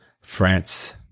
France